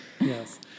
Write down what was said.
Yes